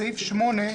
בסעיף 8,